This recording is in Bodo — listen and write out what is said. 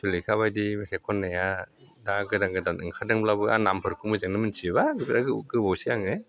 सुलिखाबायदि मेथाइ खननाया दा गोदान गोदान ओंखारदोंब्लाबो आं नामफोरखौनो मोजाङै मोनथाजोबा बिराद गोबावसै आङो